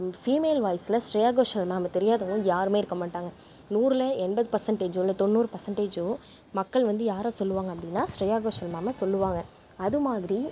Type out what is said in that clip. female வாய்ஸில் ஸ்ரேயா கோஷன் ma'am தெரியாதவங்க யாரும் இருக்க மாட்டாங்க நூறில் எண்பது பெர்ஸண்டேஜ் தொண்ணூறு பெர்ஸண்டேஜும் மக்கள் வந்து யாரை சொல்வாங்க அப்படின்னா ஸ்ரேயா கோஷன் மேம்மை சொல்வாங்க அது மாதிரி